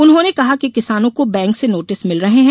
उन्होंने कहा कि किसानों को बैंक से नोटिस मिल रहे हैं